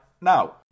now